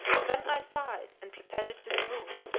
then i sighed and pretended to swoon,